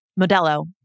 Modelo